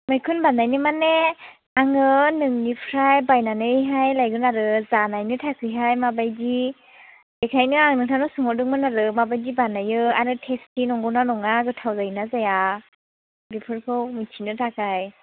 मैखुन बानायनो मानि आङो नोंनिफ्राय बायनानैहाय लायगोन आरो जानायनो थाखायहाय माबायदि बेखायनो आं नोंथांनाव सोंहरदोंमोन आरो माबायदि बानायो आरो थेस्थि नंगौ ना नङा गोथाव जायो ना जाया बेफोरखौ मिथिनो थाखाय